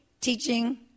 teaching